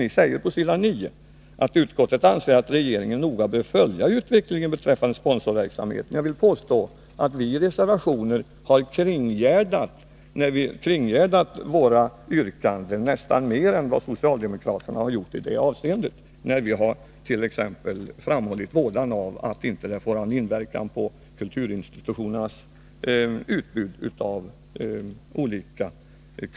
Ni säger på s. 9 i utskottsbetänkandet: ”Utskottet anser att regeringen noga bör följa utvecklingen beträffande sponsorverksamheten.” Jag vill påstå att vi i reservationen har kringgärdat våra yrkanden nästan mer än vad socialdemokraterna har gjort i det avseendet. Vi hart.ex. framhållit vådan av att kulturinstitutionernas utbud påverkas.